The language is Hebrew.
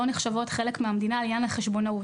הרשויות המקומיות לא נחשבות חלק מהמדינה לעניין החשבונאות,